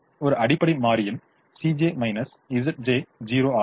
ஒரு அடிப்படை மாறியின் 0 ஆகும்